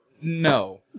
no